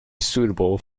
suitable